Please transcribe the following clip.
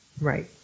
Right